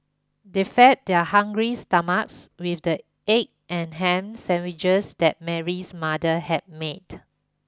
they fed their hungry stomachs with the egg and ham sandwiches that Mary's mother had made